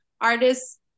artists